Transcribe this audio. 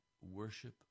worship